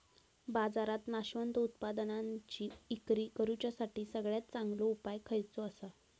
बाजारात नाशवंत उत्पादनांची इक्री करुच्यासाठी सगळ्यात चांगलो उपाय खयचो आसा?